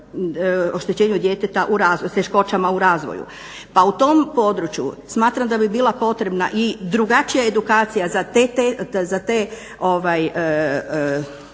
oštećenju djeteta s teškoćama u razvoju. Pa u tom području smatram da bi bila potrebna i drugačija edukacija za te